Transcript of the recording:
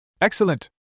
Excellent